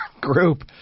group